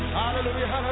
hallelujah